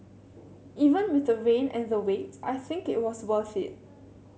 even with the rain and the wait I think it was worth it